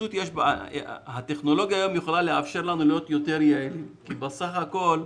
הטכנולוגיה היום לאפשר בסך הכול,